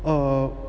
err